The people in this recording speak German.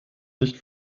nicht